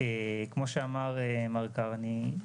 כמו שאמר מר קרני,